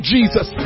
Jesus